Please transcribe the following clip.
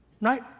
right